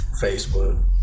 Facebook